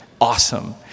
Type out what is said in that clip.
Awesome